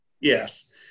Yes